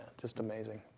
just amazing.